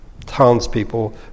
townspeople